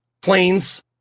planes